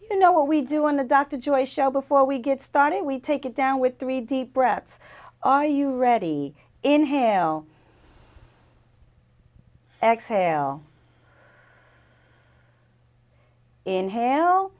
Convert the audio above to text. you know what we do on the dr joy show before we get started we take it down with three deep breaths are you ready inhale exhale inhale